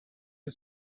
you